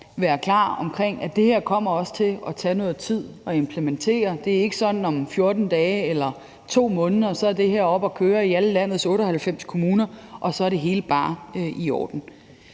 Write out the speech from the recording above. være klar omkring, at det her også kommer til at tage noget tid at implementere. Det er ikke sådan, at om 14 dage eller 2 måneder er det her oppe at køre i alle landets 98 kommuner, og så er det hele bare i orden.